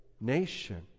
nation